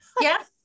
Yes